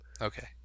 Okay